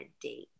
date